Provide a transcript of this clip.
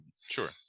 Sure